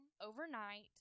overnight